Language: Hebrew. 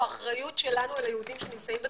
אחריות שלנו על היהודים שנמצאים בתפוצות.